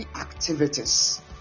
activities